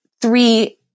three